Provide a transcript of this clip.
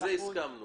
הסכמנו